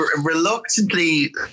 reluctantly